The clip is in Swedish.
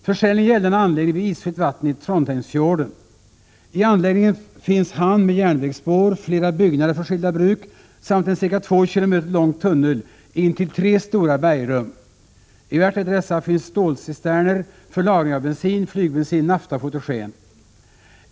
Försäljningen gällde en anläggning vid isfritt vatten i Trondheimsfjorden. I anläggningen finns hamn med järnvägsspår, flera byggnader för skilda bruk samt en ca två kilometer lång tunnel in till tre stora bergrum. I vart och ett av dessa finns stålcisterner för lagring av bensin, flygbensin, nafta och fotogen.